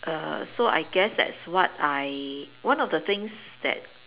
err so I guess that's what I one of the things that